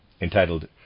entitled